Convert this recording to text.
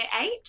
eight